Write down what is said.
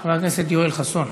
חבר הכנסת יואל חסון.